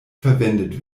verwendet